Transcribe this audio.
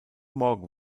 morgen